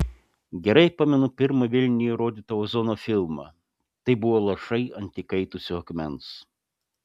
gerai pamenu pirmą vilniuje rodytą ozono filmą tai buvo lašai ant įkaitusio akmens